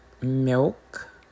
milk